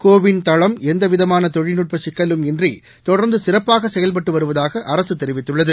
கோ win தளம் எந்தவிதமான தொழில்நுட்ப சிக்கலும் இன்றி தொடர்ந்து சிறப்பாக செயல்பட்டு வருவதாக அரசு தெரிவித்துள்ளது